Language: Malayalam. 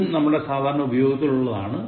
ഇതും നമ്മുടെ സാധാരണ ഉപയോഗത്തിൽ ഉള്ളതാണ്